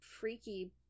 freaky